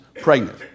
pregnant